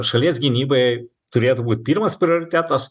šalies gynybai turėtų būt pirmas prioritetas